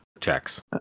checks